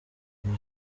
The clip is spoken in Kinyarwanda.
iyi